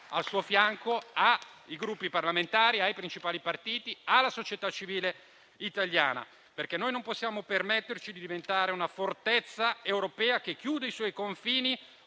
al suo fianco ha i Gruppi parlamentari, i principali partiti e la società civile italiana. Non possiamo permetterci di diventare una fortezza europea che chiude i suoi confini